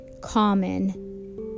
common